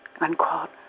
unquote